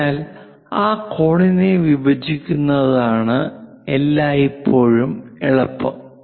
അതിനാൽ ആ കോണിനെ വിഭജിക്കുന്നത് ആണ് എല്ലായ്പ്പോഴും എളുപ്പം